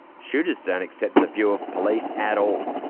shooters don't accept the view of police at all.